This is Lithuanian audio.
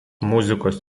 muzikos